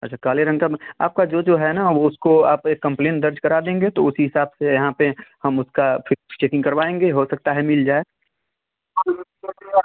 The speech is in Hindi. अच्छा काले रंग का म आपका जो जो है न वो उसको आप एक कंप्लेन दर्ज करा देंगे तो उसी हिसाब से यहाँ पर हम उसका फिक्स चेकिंग करवाएंगे हो सकता है मिल जाए